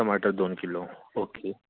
टमाटर दोन kilo okay